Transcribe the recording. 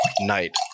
night